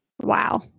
Wow